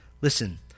Listen